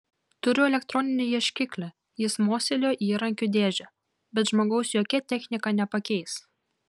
turiu elektroninį ieškiklį jis mostelėjo į įrankių dėžę bet žmogaus jokia technika nepakeis